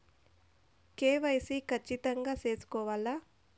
KYC ఖచ్చితంగా సేసుకోవాలా